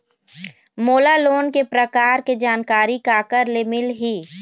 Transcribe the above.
मोला लोन के प्रकार के जानकारी काकर ले मिल ही?